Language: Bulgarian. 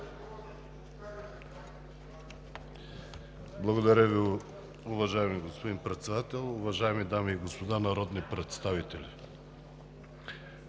България): Уважаема госпожо Председател, уважаеми дами и господа народни представители!